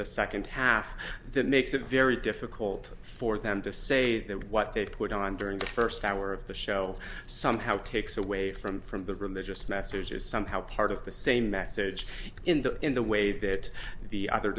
the second half that makes it very difficult for them to say that what they put on during the first hour of the show somehow takes away from from the religious message is somehow part of the same message in the in the way that the other